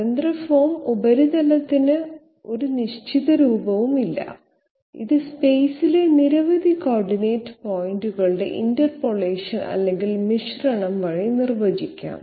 സ്വതന്ത്ര ഫോം ഉപരിതലത്തിന് ഒരു നിശ്ചിത രൂപവും ഇല്ല ഇത് സ്പെയ്സിലെ നിരവധി കോർഡിനേറ്റ് പോയിന്റുകളുടെ ഇന്റർപോളേഷൻ അല്ലെങ്കിൽ മിശ്രണം വഴി നിർവചിക്കാം